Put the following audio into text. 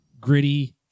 gritty